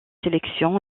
sélections